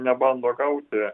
nebando gauti